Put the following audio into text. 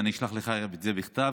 ואני אשלח לך את זה בכתב,